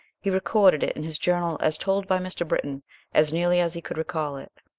he recorded it in his journal as told by mr. britton as nearly as he could recall it.